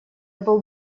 был